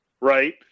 Right